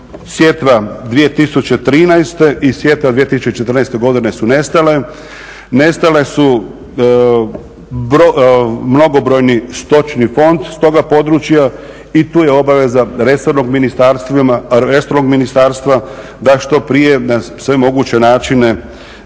sjetva 2013. i sjetva 2014.godine su nestale. Nestale su mnogobrojni stočni fond s toga područja i tu je obaveza resornog ministarstva da što prije na sve moguće načine